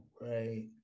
right